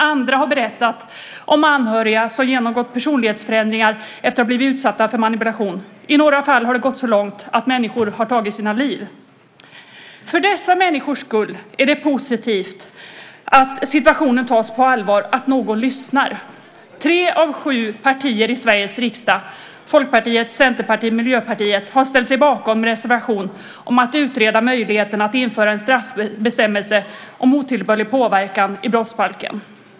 Andra har berättat om anhöriga som genomgått personlighetsförändringar efter att ha blivit utsatta för manipulation. I några fall har det gått så långt att människor har tagit sina liv. För dessa människors skull är det positivt att situationen tas på allvar, att någon lyssnar. Tre av sju partier i Sveriges riksdag - Folkpartiet, Centerpartiet, Miljöpartiet - har ställt sig bakom en reservation om att utreda möjligheten att införa en straffbestämmelse om otillbörlig påverkan i brottsbalken.